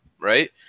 right